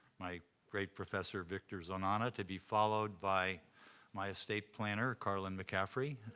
my great professor, victor zonana, to be followed by my estate planner, carlyn mccaffrey,